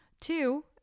Two